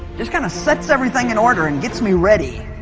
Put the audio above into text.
just kind of sets everything in order and gets me ready